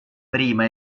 prima